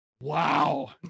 Wow